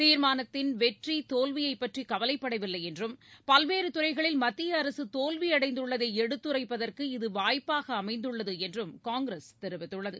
தீர்மானத்தின் வெற்றி தோல்வியைபற்றிகவலைப்படவில்லைஎன்றும் பல்வேறுதுறைகளில் மத்தியஅரசுதோல்வியடைந்துள்ளதைஎடுத்துரைப்பதற்கு வாய்ப்பாகஅமைந்துள்ளதுஎன்றுகாங்கிரஸ் இத தெரிவித்துள்ளது